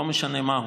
לא משנה מהו,